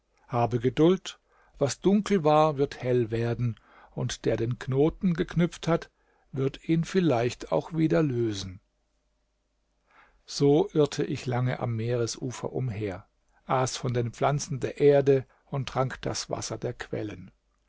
habe geduld was dunkel war wird hell werden und der den knoten geknüpft hat wird ihn vielleicht auch wieder lösen so irrte ich lange am meeresufer umher aß von den pflanzen der erde und trank das wasser der quellen